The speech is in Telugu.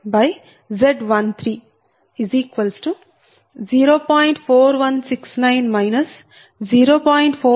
20 j0